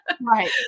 Right